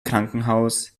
krankenhaus